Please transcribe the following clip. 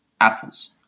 apples